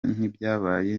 n’ibyabaye